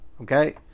okay